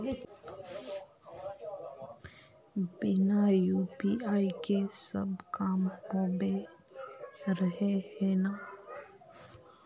बिना यु.पी.आई के सब काम होबे रहे है ना?